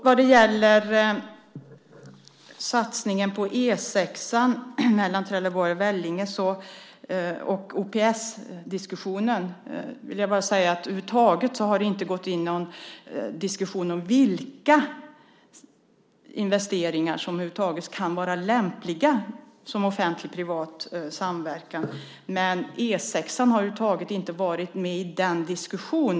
Vad gäller satsningen på E 6 mellan Trelleborg och Vellinge och OPS-diskussionen har det inte varit några diskussioner om vilka investeringar som över huvud taget kan vara lämpliga för offentlig-privat samverkan. E 6 har över huvud taget inte varit med i diskussionen.